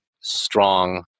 strong